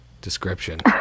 description